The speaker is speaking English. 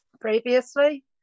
previously